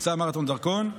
מבצע מרתון דרכון,